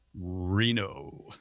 Reno